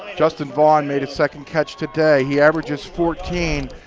justin vaughn made his second catch today. he averages fourteen.